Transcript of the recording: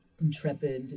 intrepid